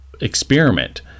experiment